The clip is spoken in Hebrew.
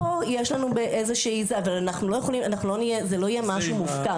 זה לא יהיה מופקר,